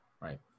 Right